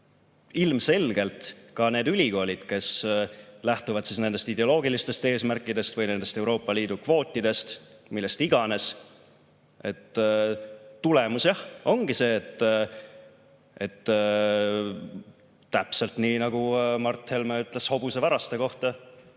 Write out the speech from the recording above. Ilmselgelt ka nendes ülikoolides, kes lähtuvad nendest ideoloogilistest eesmärkidest või nendest Euroopa Liidu kvootidest, millest iganes, ongi tulemus täpselt selline, nagu Mart Helme ütles hobusevaraste kohta.